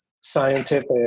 scientific